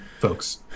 folks